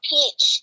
Peach